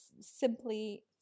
simply